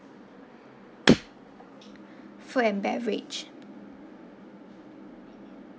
food and beverage